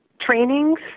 trainings